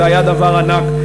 זה היה דבר ענק.